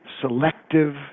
selective